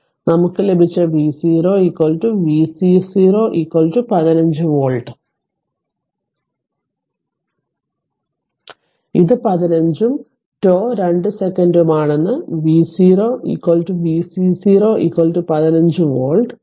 അതിനാൽ നമുക്ക് ലഭിച്ച V0 V C0 15 വോൾട്ട് അതിനാൽ ഇത് 15 ഉം τ 2 സെക്കന്റുമാണെന്ന് V0 v C0 15 വോൾട്ട്